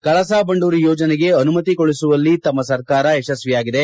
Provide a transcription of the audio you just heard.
ಕಳಸ ಬಂಡೂರಿ ಯೋಜನೆಗೆ ಅನುಮತಿ ಕೊಡಿಸುವಲ್ಲಿ ತಮ್ಮ ಸರ್ಕಾರ ಯಶಸ್ವಿಯಾಗಿದೆ